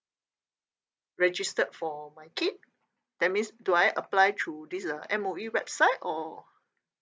registered for my kid that means do I apply through this uh M_O_E website or